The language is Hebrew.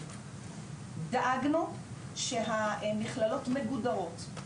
דאגנו שהמכללות מגודרות,